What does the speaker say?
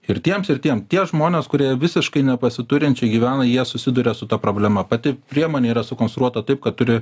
ir tiems ir tiem tie žmonės kurie visiškai nepasiturinčiai gyvena jie susiduria su ta problema pati priemonė yra sukonstruota taip kad turi